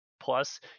Plus